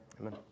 Amen